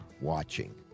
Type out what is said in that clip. watching